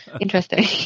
interesting